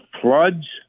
floods